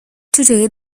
today